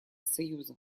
союза